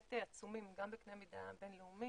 עצומים גם בקנה מידה בין-לאומי,